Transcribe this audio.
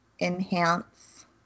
enhance